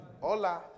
Hola